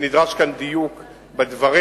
ונדרש כאן דיוק בדברים.